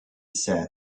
said